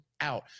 Out